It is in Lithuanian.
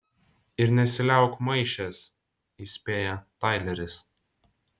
ir nesiliauk maišęs įspėja taileris